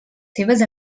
seves